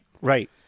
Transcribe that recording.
Right